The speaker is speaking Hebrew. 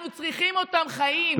אנחנו צריכים אותם חיים.